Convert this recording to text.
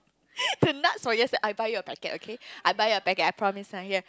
the nuts from yes~ I buy you a packet okay I buy you a packet I promise ya here